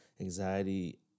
anxiety